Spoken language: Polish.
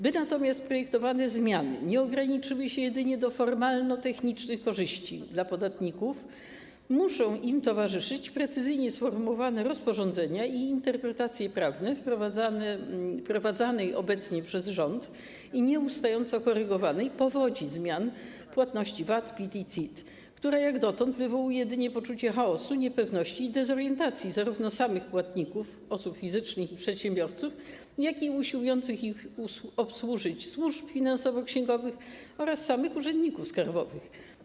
By natomiast projektowane zmiany nie ograniczyły się jedynie do formalno-technicznych korzyści dla podatników, muszą im towarzyszyć precyzyjnie sformułowane rozporządzenia i interpretacje prawne wprowadzanej obecnie przez rząd i nieustająco korygowanej powodzi zmian płatności VAT, PIT i CIT, które jak dotąd wywołuje jedynie poczucie chaosu, niepewności i dezorientacji zarówno u samych płatników, osób fizycznych i przedsiębiorców, jak i usiłujących ich obsłużyć służb finansowo-księgowych oraz samych urzędników skarbowych.